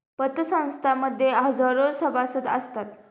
पतसंस्थां मध्ये हजारो सभासद असतात